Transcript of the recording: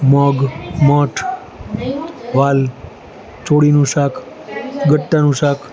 મગ મઠ વાલ ચોડીનું શાક ગટ્ટાનું શાક